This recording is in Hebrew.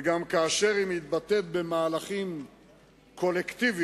וגם כאשר היא מתבטאת במהלכים קולקטיביים,